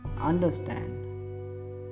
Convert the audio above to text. understand